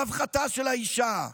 רווחתה של האישה.